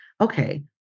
okay